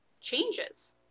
changes